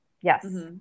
Yes